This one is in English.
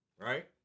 right